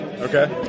Okay